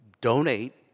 donate